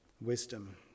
wisdom